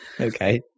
Okay